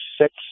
six